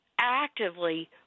actively